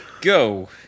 go